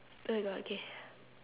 oh my god okay